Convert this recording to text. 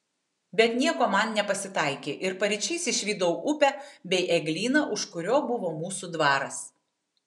bet nieko man nepasitaikė ir paryčiais išvydau upę bei eglyną už kurio buvo mūsų dvaras